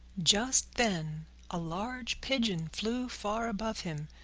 just then a large pigeon flew far above him.